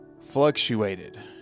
fluctuated